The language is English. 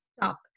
stop